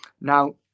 Now